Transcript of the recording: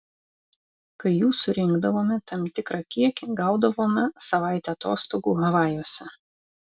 kai jų surinkdavome tam tikrą kiekį gaudavome savaitę atostogų havajuose